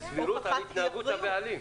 זה עונש על התנהגות הבעלים.